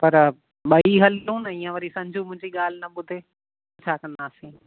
पर ॿई हलूं न ईअं वरी संजू मुंहिंजी ॻाल्हि न ॿुधे छा कंदासीं